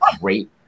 great